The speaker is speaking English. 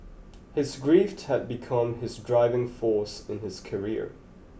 his grief had become his driving force in his career